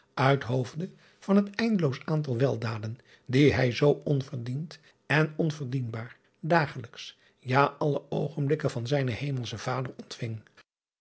aandrong uithoofde van het eindeloos aantal weldaden die hij zoo onverdiend en onverdienbaar dagelijks ja alle oogenblikken van zijnen emelschen ader ontving